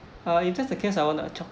uh if that's the case I wanta choc~